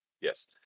Yes